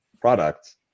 products